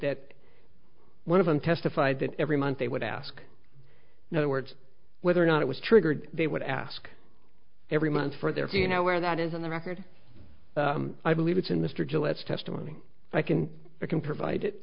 that one of them testified that every month they would ask another words whether or not it was triggered they would ask every month for you know where that is on the record i believe it's in mr gillette's testimony i can i can provide it